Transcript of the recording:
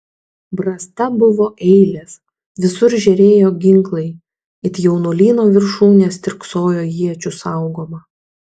brasta buvo eilės visur žėrėjo ginklai it jaunuolyno viršūnės stirksojo iečių saugoma